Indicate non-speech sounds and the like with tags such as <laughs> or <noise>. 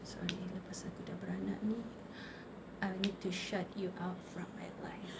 sorry lepas aku dah beranak ni I will need to shut you out from my life <laughs>